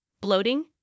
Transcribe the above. bloating